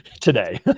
today